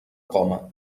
coma